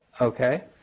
Okay